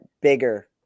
bigger